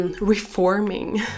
reforming